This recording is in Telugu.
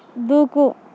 దూకు